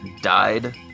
died